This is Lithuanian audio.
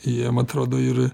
jiem atrodo ir